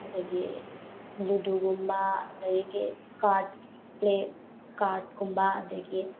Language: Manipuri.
ꯑꯗꯒꯤ ꯂꯨꯗꯣꯒꯨꯝꯕ ꯑꯗꯒꯤ ꯀꯥꯔꯠ ꯄ꯭ꯂꯦ ꯀꯥꯔꯠꯀꯨꯝꯕ ꯑꯗꯒꯤ